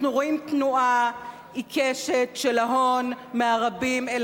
אנחנו רואים תנועה עיקשת של ההון מהרבים אל